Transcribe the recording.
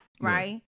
Right